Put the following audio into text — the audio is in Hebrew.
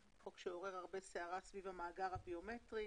חוק שעורר הרבה סערה סביב המאגר הביומטרי.